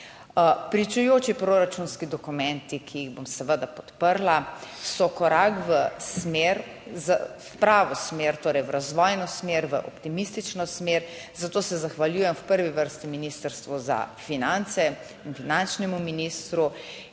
Pričujoči proračunski dokumenti, ki jih bom seveda podprla, so korak v smer, v pravo smer, torej v razvojno smer, v optimistično smer. Zato se zahvaljujem v prvi vrsti Ministrstvu za finance in finančnemu ministru